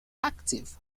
active